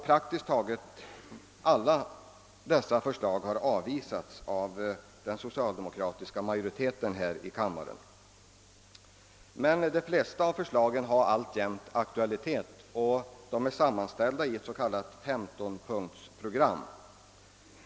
Praktiskt taget alla dessa förslag har avvisats av den socialdemokratiska majoriteten här i kammaren. De flesta har alltjämt aktualitet. De är sammanställda i ett femtonpunktsprogram.